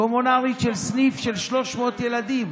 קומונרית של סניף של 300 ילדים.